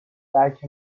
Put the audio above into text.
درک